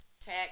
tech